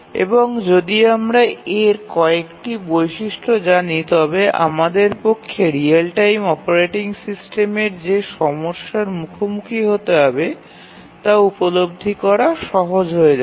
এবং যদি আমরা এর কয়েকটি বৈশিষ্ট্য জানি তবে আমাদের পক্ষে রিয়েল টাইম অপারেটিং সিস্টেমের যে সমস্যার মুখোমুখি হতে হবে তা উপলব্ধি করা সহজ হয়ে যাবে